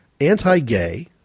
anti-gay